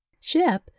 Ship